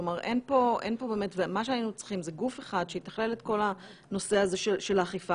מה שהיינו צריכים זה גוף אחד שיתכלל את כל הנושא הזה של האכיפה.